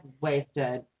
wasted